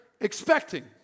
expecting